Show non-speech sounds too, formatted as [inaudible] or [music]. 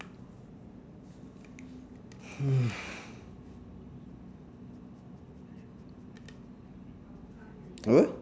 [noise] apa